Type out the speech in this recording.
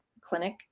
clinic